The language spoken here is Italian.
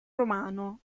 romano